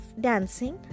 dancing